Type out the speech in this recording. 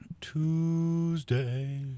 Tuesday